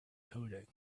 coding